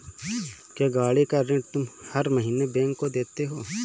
क्या, गाड़ी का ऋण तुम हर महीने बैंक में देते हो?